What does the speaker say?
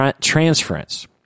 transference